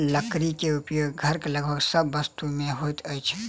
लकड़ी के उपयोग घरक लगभग सभ वस्तु में होइत अछि